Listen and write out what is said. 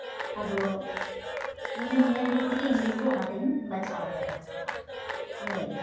ᱟᱫᱚ ᱤᱧ ᱫᱚ ᱱᱤᱭᱟᱹ ᱞᱟᱹᱜᱤᱫ ᱛᱮᱜᱮ ᱤᱝᱞᱤᱥ ᱫᱚ ᱚᱱᱟᱛᱤᱧ ᱵᱟᱪᱷᱟᱣ ᱠᱟᱫᱟ ᱱᱤᱭᱟᱹ ᱜᱮ